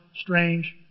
strange